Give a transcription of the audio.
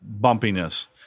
bumpiness